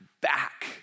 back